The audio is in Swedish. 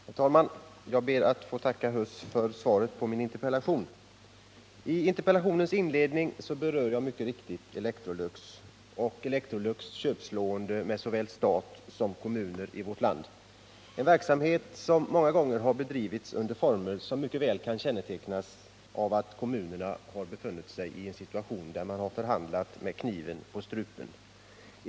Herr talman! Jag ber att få tacka industriminister Huss för svaret på min interpellation. I interpellationens inledning berör jag mycket riktigt AB Electrolux och företagets köpslående med såväl stat som kommuner i vårt land. Det är en verksamhet som många gånger har bedrivits under former som mycket väl kan kännetecknas av att kommunerna har befunnit sig i en situation där man har förhandlat med kniven på strupen.